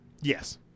Yes